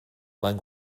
van